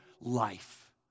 life